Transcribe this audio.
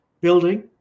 building